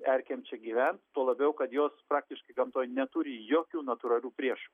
erkėm čia gyvent tuo labiau kad jos praktiškai gamtoj neturi jokių natūralių priešų